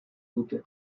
dute